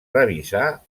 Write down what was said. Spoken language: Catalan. revisar